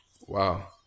Wow